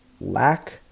lack